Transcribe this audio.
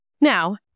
Now